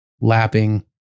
lapping